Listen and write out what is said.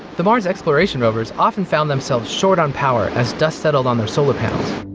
the martian exploration rovers often found themselves short on power as dust settled on their solar panels.